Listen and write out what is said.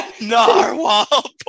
narwhal